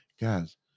Guys